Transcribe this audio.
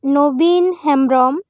Nabin Hembrom